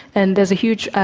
and there's a huge